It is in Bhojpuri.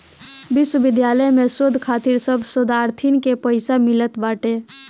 विश्वविद्यालय में शोध खातिर सब शोधार्थीन के पईसा मिलत बाटे